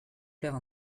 plaire